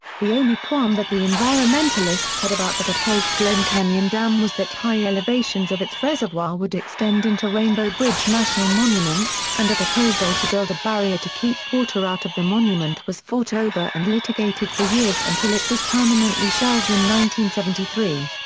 the only qualm that the environmentalists had about the proposed glen canyon dam was that high elevations of its reservoir would extend into rainbow bridge national monument, and a proposal to build a barrier to keep water out of the monument was fought over and litigated for years until it was permanently shelved in one seventy three.